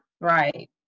Right